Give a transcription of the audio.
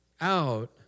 out